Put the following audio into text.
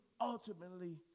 ultimately